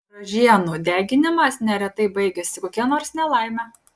ražienų deginimas neretai baigiasi kokia nors nelaime